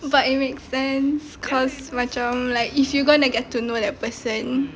but it makes sense because macam like if you going to get to know that person